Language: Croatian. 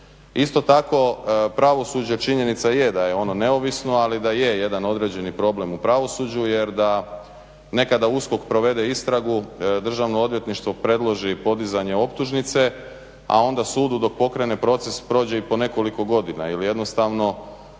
Isto tako pravosuđe, činjenica je da je ono neovisno, ali da je jedan određeni problem u pravosuđu jer da nekada USKOK provede istragu, Državno odvjetništvo predloži podizanje optužnice, a onda sudu dok pokrene proces prođe i po nekoliko godina jer jednostavno